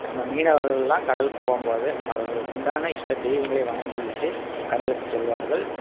நம்ம மீனவர்கள்லாம் கடலுக்குப் போகும்போது அவர்களுக்குண்டான இஷ்ட தெய்வங்களை வணங்கிவிட்டு கடலுக்குச் செல்வார்கள்